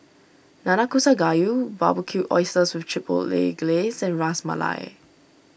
Nanakusa Gayu Barbecued Oysters with Chipotle Glaze and Ras Malai